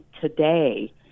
today